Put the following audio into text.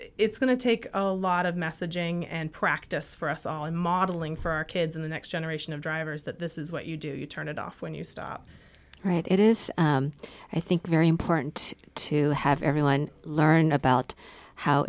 going to take a lot of messaging and practice for us all in modeling for our kids in the next generation of drivers that this is what you do you turn it off when you stop right it is i think very important to have everyone learn about how